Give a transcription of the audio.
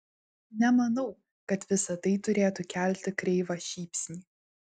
nemanau kad visa tai turėtų kelti kreivą šypsnį